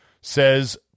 says